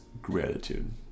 gratitude